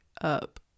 up